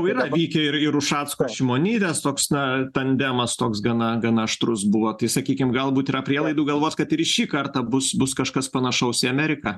tačiau yra vykę ir ir ušacko šimonytės toks na tandemas toks gana gana aštrus buvo tai sakykim galbūt yra prielaidų galvoti kad ir šį kartą bus bus kažkas panašaus į ameriką